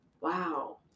Wow